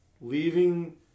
leaving